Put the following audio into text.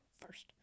first